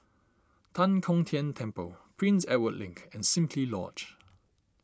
Tan Kong Tian Temple Prince Edward Link and Simply Lodge